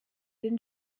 den